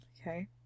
Okay